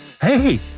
Hey